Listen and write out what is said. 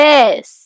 Yes